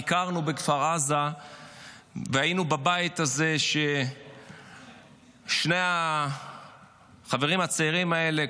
ביקרנו בכפר עזה והיינו בבית הזה ששני החברים הצעירים האלה,